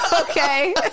Okay